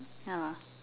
ya